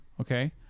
Okay